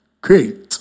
Great